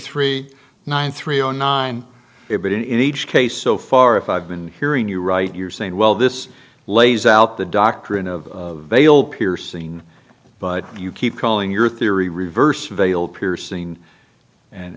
three nine three zero nine but in each case so far if i've been hearing you right you're saying well this lays out the doctrine of veil piercing but you keep calling your theory reverse veil piercing and